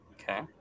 Okay